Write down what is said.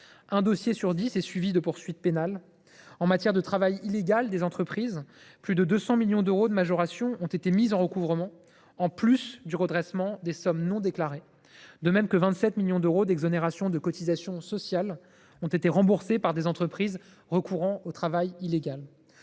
Un dossier sur dix est suivi de poursuites pénales. En matière de travail illégal des entreprises, plus de 200 millions d’euros de majorations ont été mis en recouvrement, en plus du redressement des sommes non déclarées, de même que 27 millions d’euros d’exonérations de cotisations sociales ont été remboursés par des entreprises recourant au travail illégal.